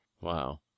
Wow